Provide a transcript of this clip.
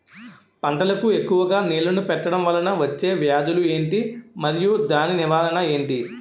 పంటలకు ఎక్కువుగా నీళ్లను పెట్టడం వలన వచ్చే వ్యాధులు ఏంటి? మరియు దాని నివారణ ఏంటి?